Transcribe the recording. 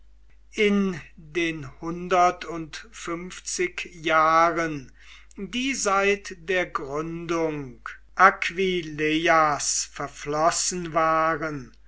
in den hundertundfünfzig jahren die seit der gründung aquileias verflossen waren